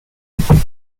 versions